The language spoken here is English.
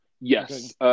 Yes